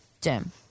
Jim